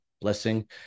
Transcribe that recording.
Blessing